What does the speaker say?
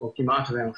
או כמעט ואין אכיפה.